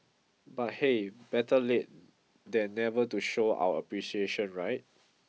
but hey better late than never to show our appreciation right